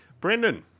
Brendan